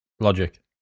logic